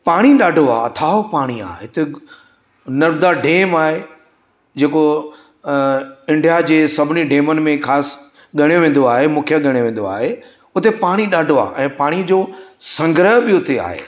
पाणी ॾाढो आहे थांओ पाणी आहे हिते नर्मदा डेम आहे जेको इंडिया जे सभिनी डेमनि में ख़ासि ॻणियो वेंदो आहे मुख्य ॻणोयो वेंदो आहे हुते पाणी ॾाढो आहे ऐं पाणी जो संग्रह बि उते आहे